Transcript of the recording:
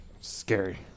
scary